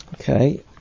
Okay